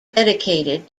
dedicated